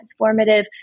transformative